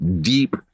deep